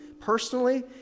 personally